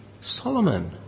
Solomon